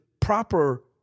proper